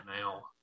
now